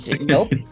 Nope